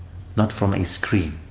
not from a screen.